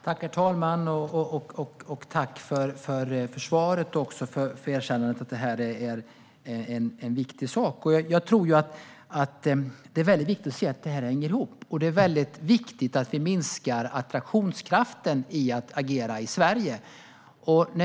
Herr talman! Tack för svaret och för erkännandet att det här är en viktig sak! Jag tror att det är viktigt att se att det här hänger ihop, och det är viktigt att vi minskar attraktionskraften i att agera i Sverige.